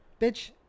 bitch